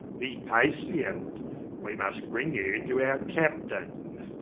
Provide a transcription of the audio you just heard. be patient we must bring you to our captain.